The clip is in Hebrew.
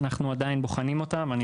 אנחנו עדיין בוחנים אותן.